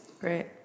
Great